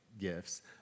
gifts